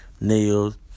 nails